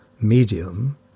medium